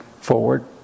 forward